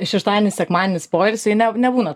šeštadienis sekmadienis poilsiui ne nebūna